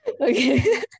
okay